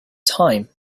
time